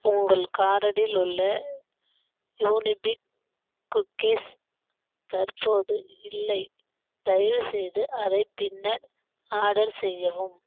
உங்கள் கார்டில் உள்ள யூனிபிக் குக்கீஸ் தற்போது இல்லை தயவுசெய்து அதை பின்னர் ஆர்டர் செய்யவும்